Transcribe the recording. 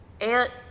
aunt